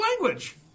language